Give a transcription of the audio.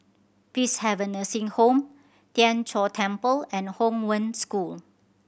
Peacehaven Nursing Home Tien Chor Temple and Hong Wen School